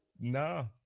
No